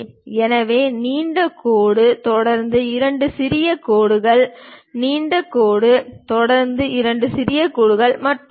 எனவே நீண்ட கோடு தொடர்ந்து இரண்டு சிறிய கோடுகள் நீண்ட கோடு தொடர்ந்து இரண்டு கோடுகள் மற்றும் பல